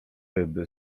ryby